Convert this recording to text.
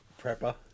prepper